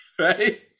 right